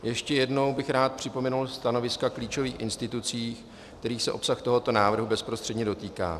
Ještě jednou bych rád připomenul stanoviska klíčových institucí, kterých se obsah tohoto návrhu bezprostředně dotýká.